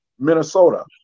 Minnesota